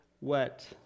wet